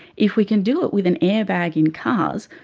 if we can do it with an airbag in cars,